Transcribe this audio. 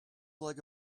like